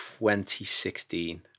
2016